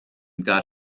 got